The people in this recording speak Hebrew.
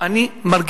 אני מדבר,